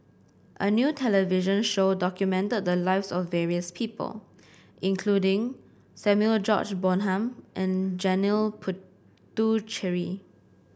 a new television show documented the lives of various people including Samuel George Bonham and Janil Puthucheary